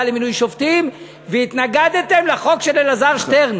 למינוי שופטים והתנגדתם לחוק של אלעזר שטרן.